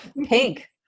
Pink